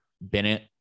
Bennett